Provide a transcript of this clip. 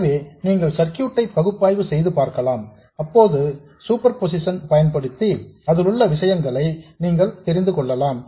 எனவே நீங்கள் சர்க்யூட் ஐ பகுப்பாய்வு செய்து பார்க்கலாம் அப்போது சூப்பர்பொசிசன் பயன்படுத்தி அதிலுள்ள விஷயங்களை நீங்கள் தெரிந்து கொள்ளலாம்